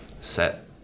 set